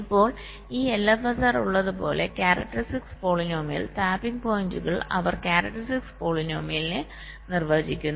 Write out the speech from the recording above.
ഇപ്പോൾ ഈ LFSR ൽ ഉള്ളത് പോലെ കാരക്ടറിസ്റ്റിക് പോളിനോമിയൽ ടാപ്പിംഗ് പോയിന്റുകൾ അവർ കാരക്ടറിസ്റ്റിക് പോളിനോമിയലിനെ നിർവചിക്കുന്നു